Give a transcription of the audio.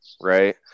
right